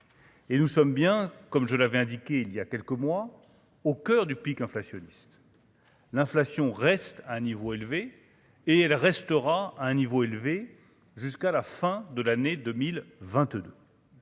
Et nous sommes bien comme je l'avais indiqué il y a quelques mois, au coeur du pic inflationniste, l'inflation reste à un niveau élevé et elle restera à un niveau élevé jusqu'à la fin de l'année 2022.